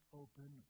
open